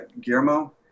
Guillermo